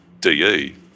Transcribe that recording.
DE